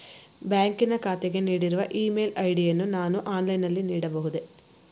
ಬ್ಯಾಂಕಿನ ಖಾತೆಗೆ ನೀಡಿರುವ ಇ ಮೇಲ್ ಐ.ಡಿ ಯನ್ನು ನಾನು ಆನ್ಲೈನ್ ನಲ್ಲಿ ನೀಡಬಹುದೇ?